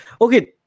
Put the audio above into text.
Okay